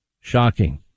Shocking